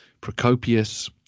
Procopius